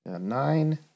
Nine